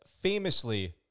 famously